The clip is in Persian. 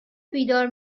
بیدار